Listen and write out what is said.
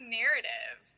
narrative